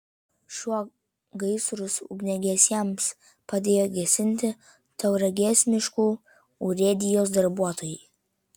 šiuo gaisrus ugniagesiams padėjo gesinti tauragės miškų urėdijos darbuotojai